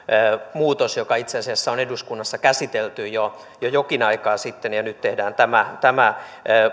muutos joka itse asiassa on eduskunnassa käsitelty jo jokin aika sitten ja nyt tehdään tämä tämä